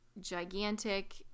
gigantic